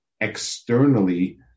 externally